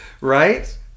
right